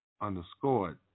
underscored